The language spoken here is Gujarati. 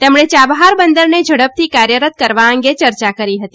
તેમણે ચાબહાર બંદરને ઝડપથી કાર્યરત કરવા અંગે ચર્ચા કરી હતી